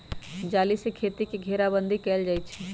जाली से खेती के घेराबन्दी कएल जाइ छइ